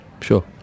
Sure